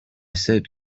said